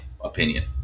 opinion